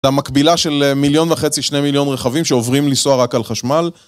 זה המקבילה של מיליון וחצי, שני מיליון רכבים שעוברים ליסוע רק על חשמל